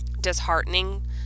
disheartening